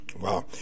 Wow